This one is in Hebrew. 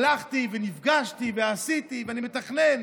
הלכתי, ונפגשתי, ועשיתי, ואני מתכנן,